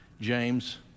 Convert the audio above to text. James